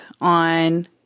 on